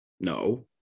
No